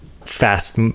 fast